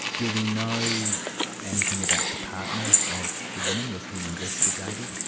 do we know anything about the partner of the woman, was he investigated?